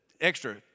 extra